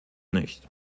nicht